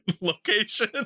location